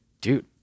dude